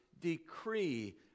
decree